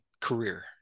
career